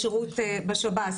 ובשירות בשב"ס.